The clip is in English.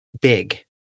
big